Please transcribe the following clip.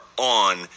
on